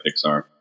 Pixar